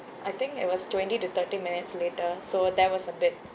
I think it was twenty to thirty minutes later so that was a bit